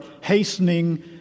hastening